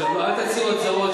אל תצהירו הצהרות,